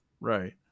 Right